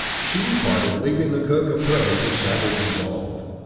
she departed, leaving the cook a prey to savage resolve.